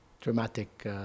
dramatic